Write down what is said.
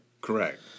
Correct